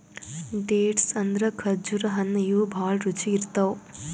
dates ಅಂದ್ರ ಖರ್ಜುರ್ ಹಣ್ಣ್ ಇವ್ ಭಾಳ್ ರುಚಿ ಇರ್ತವ್